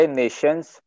nations